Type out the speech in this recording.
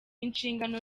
inshingano